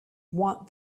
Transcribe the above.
want